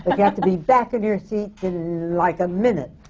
but you have to be back in your seat in like a minute.